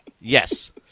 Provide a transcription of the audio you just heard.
yes